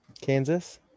Kansas